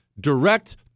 Direct